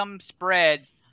spreads